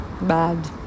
bad